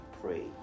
pray